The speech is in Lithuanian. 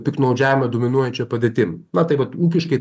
piktnaudžiavimą dominuojančia padėtim na tai vat ūkiškai